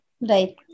Right